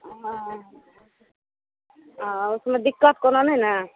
ओ हँ ओहि सबमे दिक्कत कोनो नहि ने